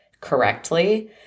correctly